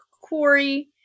quarry